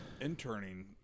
interning